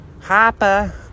Hopper